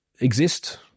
exist